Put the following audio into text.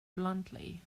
bluntly